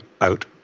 out